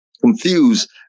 confused